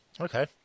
Okay